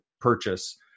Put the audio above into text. purchase